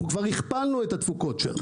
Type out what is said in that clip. אנחנו כבר הכפלנו את התפוקות שם.